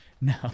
No